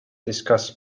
discuss